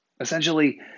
Essentially